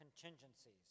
contingencies